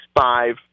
five